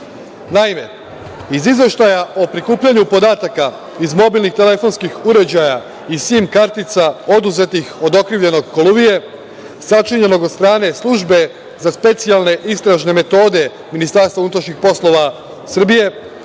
mediji. Naime, iz izveštaja o prikupljanju podataka iz mobilnih telefonskih uređaja i sim kartica oduzetih od okrivljenog Koluvije, sačinjenog od strane Službe za specijalne istražne metode Ministarstva unutrašnjih poslova Srbije